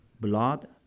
blood